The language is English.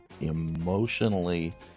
emotionally